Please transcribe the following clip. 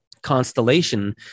constellation